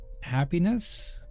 happiness